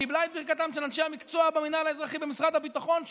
קיבלה את ברכתם של אנשי המקצוע במינהל האזרחי במשרד הביטחון.